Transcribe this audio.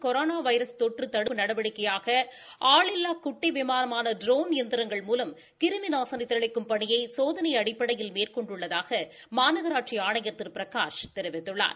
corona virus தொற்று தடுப்பு நடவடிக்கையாக ஆள் இல்லா குட்டி விமானமான ட்ரோன் எந்திரங்கள் மூலம் கிரிமி நாசினி தெளிக்கும் பணியை சோதனை அடிப்படையில் மேற்கொண்டுள்ளதாக மாநகராட்சி ஆணையா் திரு பிரகாஷ் தெரிவித்துள்ளார்